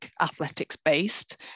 athletics-based